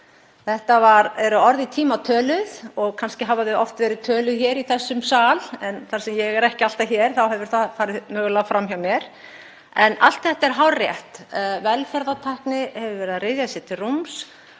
Þetta eru orð í tíma töluð og kannski hafa þau oft verið töluð hér í þessum sal en þar sem ég er ekki alltaf hér hefur það mögulega farið fram hjá mér. En allt þetta er hárrétt. Velferðartækni hefur verið að ryðja sér til rúms